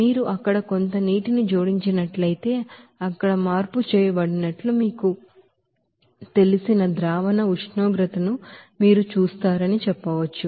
మీరు అక్కడ కొంత నీటిని జోడించినట్లయితే అక్కడ మార్పు చేయబడినట్లు మీకు తెలిసిన ಸೊಲ್ಯೂಷನ್ ಟೆಂಪರೇಚರ್ను మీరు చూస్తారని చెప్పవచ్చు